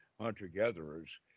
hunter-gatherers